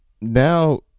now